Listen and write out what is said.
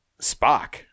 Spock